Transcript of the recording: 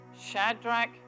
Shadrach